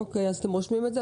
אוקיי, אתם רושמים את זה?